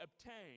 obtained